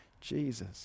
Jesus